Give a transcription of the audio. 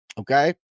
okay